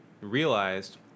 realized